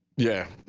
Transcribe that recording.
yeah,